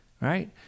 right